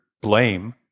blame